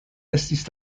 estis